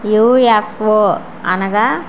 UFO అనగా